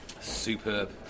Superb